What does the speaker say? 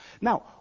Now